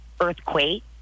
earthquake